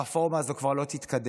הרפורמה הזו כבר לא תתקדם.